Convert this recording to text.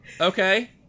okay